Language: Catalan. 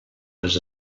les